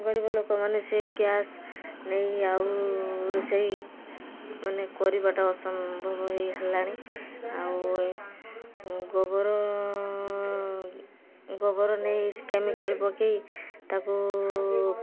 ଗରିବ ଲୋକମାନେ ସିଏ ଗ୍ୟାସ୍ ନେଇ ଆଉ ରୋଷେଇମାନେ କରିବା ଟା ଅସମ୍ଭବ ହେଇ ହେଲାଣି ଆଉ ଏ ଗୋବର ଗୋବର ନେଇ କେମିକାଲ୍ ପକେଇ ତାକୁ